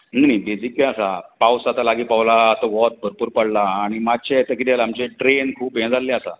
न्ही बेझीक कितें आसा पावस आतां लागीं पावलां आतां वोत भरपूर पडलां आनी मात्शें तें किदें आलां आमचें ड्रेन खूब हें जाल्लें आसा